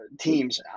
teams